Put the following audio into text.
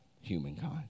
humankind